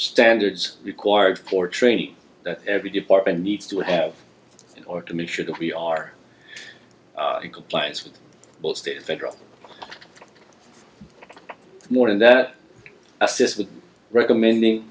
standards required for training that every department needs to have in order to make sure that we are in compliance with both state and federal more than that assist with recommending